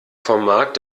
format